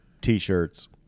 t-shirts